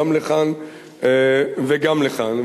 גם לכאן וגם לכאן.